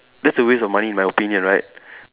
that's a waste of money in my opinion right